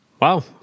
Wow